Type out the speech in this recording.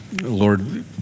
lord